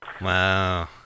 Wow